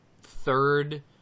third